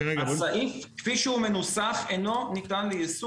הסעיף כפי שהוא מנוסח, אינו ניתן ליישום.